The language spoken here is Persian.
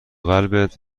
قلبت